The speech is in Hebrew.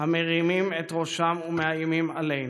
המרימים את ראשם ומאיימים עלינו.